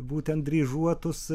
būtent dryžuotus